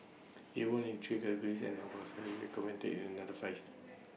IT won in three categories and commended in another five